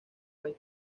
rey